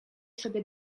sobie